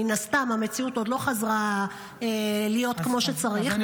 מן הסתם המציאות עוד לא חזרה להיות כמו שצריך,